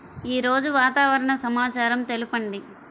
ఈరోజు వాతావరణ సమాచారం తెలుపండి